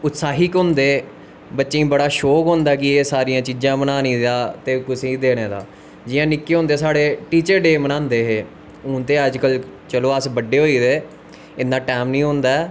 उत्साहिक होंदे बच्चें गी बड़ा शौंक होंदा कि एह् सारियां चीजां बनाने दा ते कुसे गी देने दा जियां निक्के होंदे साढ़े टीचर डे बनांदे हे हून ते चलो अज कल अस बड्डे होई दे इन्नै टैम नी होंदा ऐ